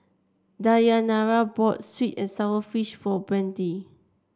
Dayanara bought sweet and sour fish for Brande